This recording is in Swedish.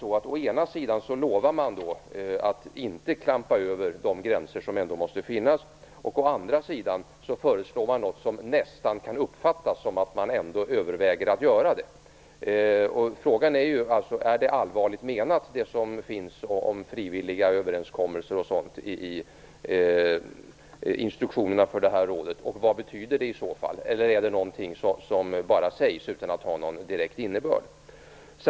Å ena sidan lovar man att inte klampa över de gränser som ändå måste finnas, och å andra sidan föreslår man något som nästan kan uppfattas som att man ändå överväger att göra det. Frågan är om det är allvarligt menat, det som sägs om frivilliga överenskommelser osv. i instruktionen för rådet och vad det betyder i så fall. Eller är det någonting som bara sägs, utan att ha någon direkt innebörd?